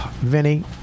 Vinny